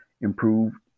improved